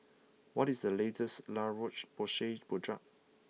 what is the latest La Roche Porsay product